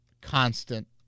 constant